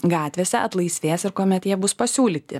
gatvėse atlaisvės ir kuomet jie bus pasiūlyti